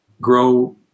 Grow